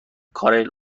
کارل